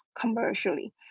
commercially